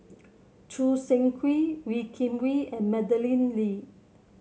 Choo Seng Quee Wee Kim Wee and Madeleine Lee